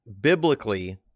biblically